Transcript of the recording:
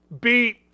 beat